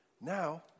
now